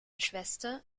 schwester